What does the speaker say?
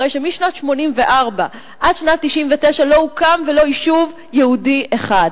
הרי שמשנת 1984 עד שנת 1999 לא הוקם ולא יישוב יהודי אחד.